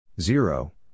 zero